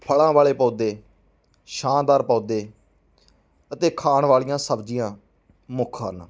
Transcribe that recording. ਫਲਾਂ ਵਾਲੇ ਪੌਦੇ ਛਾਂਦਾਰ ਪੌਦੇ ਅਤੇ ਖਾਣ ਵਾਲੀਆਂ ਸਬਜ਼ੀਆਂ ਮੁੱਖ ਹਨ